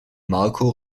marco